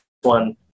one